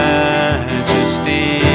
majesty